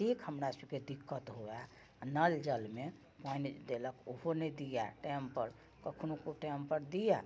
ततेक हमरा सबके दिक्कत होवै नल जलमे पानि देलक ओहो नहि दिअ टाइमपर कखनो कुटाइमपर दिये